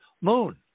moon